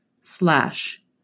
slash